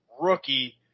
rookie